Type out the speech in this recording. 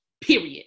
period